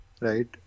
Right